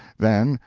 then,